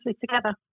together